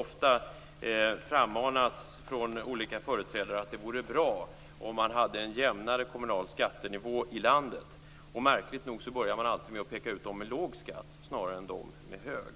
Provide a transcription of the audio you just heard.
ofta frammanats från olika företrädare att det vore bra om man hade en jämnare kommunal skattenivå i landet. Märkligt nog börjar man med att peka ut dem med låg skatt snarare än dem med hög skatt.